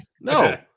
No